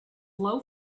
low